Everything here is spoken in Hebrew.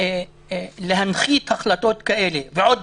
להנחית הנחתות כאלה, ועוד